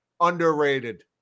underrated